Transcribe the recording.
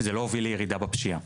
זה לא הוביל לירידה בפשיעה.